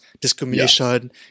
discrimination